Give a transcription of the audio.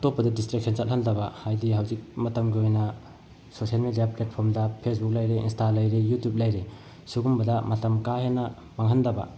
ꯑꯇꯣꯞꯄꯗ ꯗꯤꯁꯇ꯭ꯔꯦꯛꯁꯟ ꯆꯠꯍꯟꯗꯕ ꯍꯥꯏꯗꯤ ꯍꯧꯖꯤꯛ ꯃꯇꯝꯒꯤ ꯑꯣꯏꯅ ꯁꯣꯁꯦꯜ ꯃꯦꯗꯤꯌꯥ ꯄ꯭ꯂꯦꯠꯐꯣꯝꯗ ꯐꯦꯁꯕꯨꯛ ꯂꯩꯔꯦ ꯏꯟꯁꯇꯥ ꯂꯩꯔꯦ ꯌꯨꯇꯨꯕ ꯂꯩꯔꯦ ꯁꯤꯒꯨꯝꯕꯗ ꯃꯇꯝ ꯀꯥ ꯍꯦꯟꯅ ꯃꯥꯡꯍꯟꯗꯕ